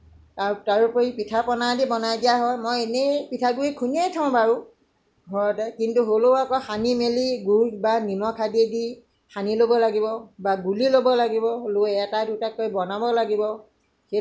আৰু তাৰোপৰি পিঠা পনা আদি বনাই দিয়া হয় এনেই পিঠাগুড়ি খুন্দিয়েই থওঁ বাৰু ঘৰতে কিন্তু হ'লেও আক সানি মেলি বা নিমখ হালধি দি সানি ল'ব লাগিব বা গুলি ল'ব লাগিব লৈ এটা দুটাকৈ বনাব লাগিব